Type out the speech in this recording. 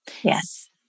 Yes